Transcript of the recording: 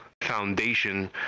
foundation